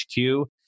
HQ